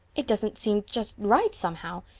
it doesn't seem just right, somehow.